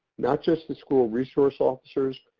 not just the school resource officers,